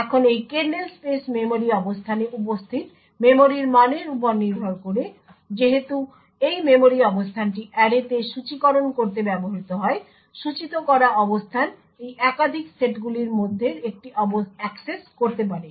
এখন এই kernel space memory অবস্থানে উপস্থিত মেমরির মানের উপর নির্ভর করে যেহেতু এই মেমরি অবস্থানটি অ্যারেতে সূচীকরণ করতে ব্যবহৃত হয় সূচিত করা অবস্থান এই একাধিক সেটগুলির মধ্যের একটি অ্যাক্সেস করতে পারে